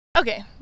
okay